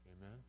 Amen